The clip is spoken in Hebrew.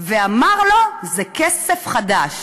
ואמר לו: זה כסף חדש.